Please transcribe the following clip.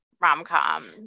rom-com